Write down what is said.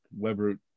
Webroot